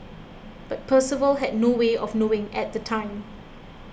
but Percival had no way of knowing at the time